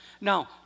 Now